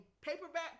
paperback